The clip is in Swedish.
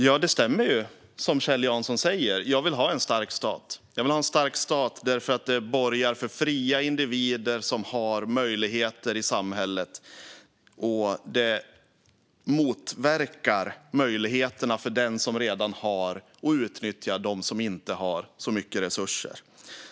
Herr ålderspresident! Det stämmer, som Kjell Jansson säger, att jag vill ha en stark stat. Jag vill ha en stark stat därför att det borgar för fria individer som har möjligheter i samhället. Det motverkar möjligheterna för den som redan har och som utnyttjar dem som inte har så mycket resurser.